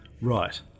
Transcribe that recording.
Right